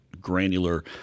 granular